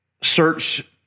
search